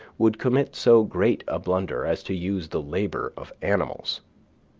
would commit so great a blunder as to use the labor of animals.